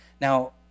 Now